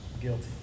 guilty